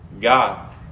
God